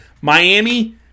Miami